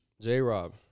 J-Rob